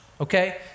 okay